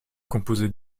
composait